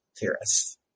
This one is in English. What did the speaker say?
theorists